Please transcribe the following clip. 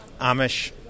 Amish